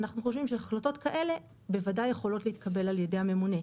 אנחנו חושבים שהחלטות כאלה בוודאי יכולות להתקבל על ידי הממונה.